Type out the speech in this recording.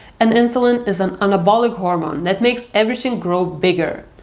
and insulin is an anabolic hormone, that makes everything grow bigger.